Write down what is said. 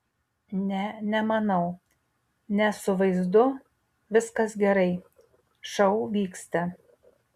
ne nemanau nes su vaizdu viskas gerai šou vyksta